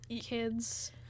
kids